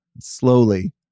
slowly